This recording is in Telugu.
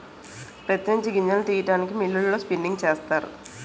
ప్రత్తి నుంచి గింజలను తీయడానికి మిల్లులలో స్పిన్నింగ్ చేస్తారు